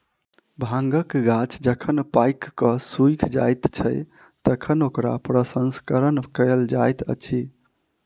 भांगक गाछ जखन पाइक क सुइख जाइत छै, तखन ओकरा प्रसंस्करण कयल जाइत अछि